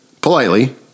politely